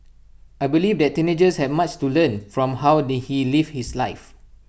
I believe that teenagers have much to learn from how did he live his life